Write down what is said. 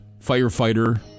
Firefighter